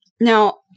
Now